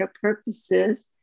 purposes